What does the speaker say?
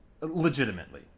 legitimately